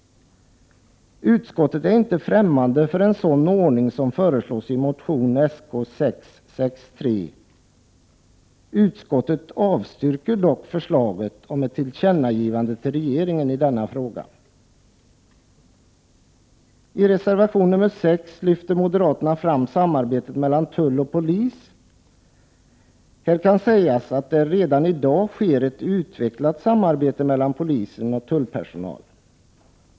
Utskottet är inte främmande för en sådan ordning som föreslås i motion Sk663. Utskottet avstyrker dock förslaget om ett tillkännagivande till regeringen i denna fråga. I reservation nr 6 lyfter moderaterna fram samarbetet mellan tull och polis m.m. Här kan sägas att det redan i dag sker ett utvecklat samarbete mellan polis och tullpersonal.